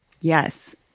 Yes